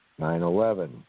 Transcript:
9-11